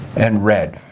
and red.